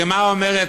הגמרא אומרת: